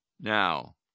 Now